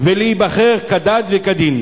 ולהיבחר כדת וכדין.